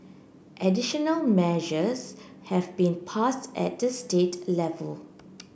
additional measures have been passed at the state level